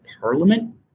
parliament